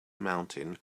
mountain